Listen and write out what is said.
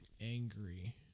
angry